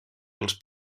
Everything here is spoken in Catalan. els